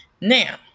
Now